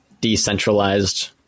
decentralized